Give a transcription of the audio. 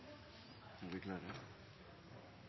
er vi